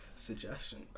Suggestion